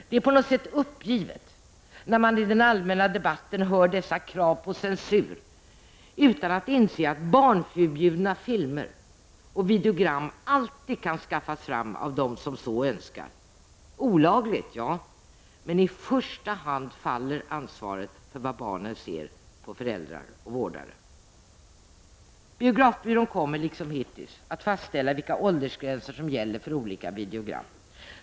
Det är på något sätt uppgivet när man i den allmänna debatten hör dessa krav på censur utan att inse att barnförbjudna filmer och videogram alltid kan skaffas fram av dem som så önskar. Olagligt — ja — men i första hand faller ansvaret för vad barnen ser på föräldrar och vårdare. Biografbyrån kommer — liksom hittills — att fastställa vilka åldersgränser som gäller för olika videogram.